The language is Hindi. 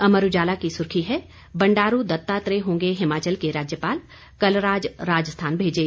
अमर उजाला की सुर्खी है बंडारू दत्तात्रेय होंगे हिमाचल के राज्यपाल कलराज राजस्थान भेजे